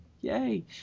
yay